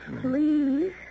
Please